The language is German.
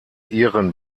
ihren